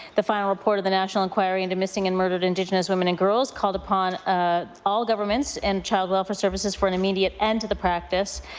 the final report of the national inquiry into missing and murdered indigenous women and girls called upon ah all governments and child welfare services for an end to the practice.